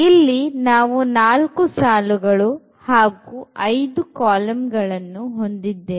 ಇಲ್ಲಿ ನಾವು ನಾಲ್ಕು ಸಾಲುಗಳು ಹಾಗೂ ಐದು ಕಾಲಂಗಳನ್ನು ಹೊಂದಿದ್ದೇವೆ